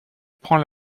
prend